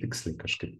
tiksliai kažkaip